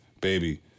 baby